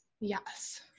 Yes